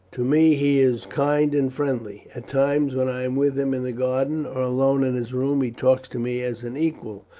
to me he is kind and friendly. at times when i am with him in the garden or alone in his room he talks to me as an equal,